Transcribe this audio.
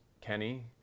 Kenny